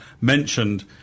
mentioned